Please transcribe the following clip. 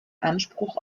anspruch